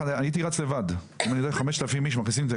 ההבדל הוא שנקבע רף מינימום.